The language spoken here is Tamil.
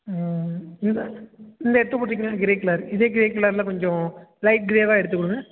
ம் இந்த இந்த எடுத்து போட்டிருக்கீங்களா க்ரே கலர் இதே க்ரே கலரில் கொஞ்சம் லைட் க்ரேவாக எடுத்து கொடுங்க